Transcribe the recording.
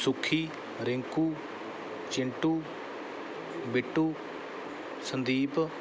Sukhi Rinku Chintu Bittu Sandeep